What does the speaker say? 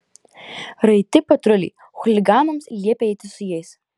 raiti patruliai chuliganams liepė eiti su jais